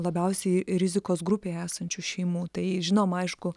labiausiai rizikos grupėje esančių šeimų tai žinoma aišku